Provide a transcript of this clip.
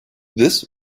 this